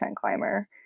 climber